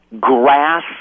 grass